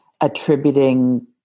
attributing